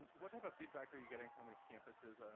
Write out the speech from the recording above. what type of feedback are you getting from these campuses?